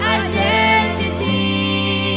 identity